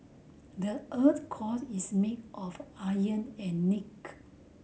the earth core is made of iron and nickel